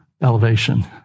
elevation